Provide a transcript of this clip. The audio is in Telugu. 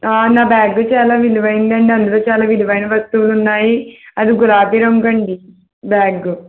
నా బ్యాగ్ చాలా విలువైదండి అందులో చాలా విలువైన వస్తువులు ఉన్నాయి అవి గులాబి రంగండి బ్యాగ్